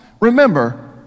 Remember